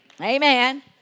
Amen